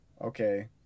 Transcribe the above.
okay